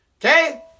Okay